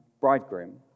bridegroom